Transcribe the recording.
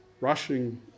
rushing